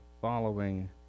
following